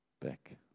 back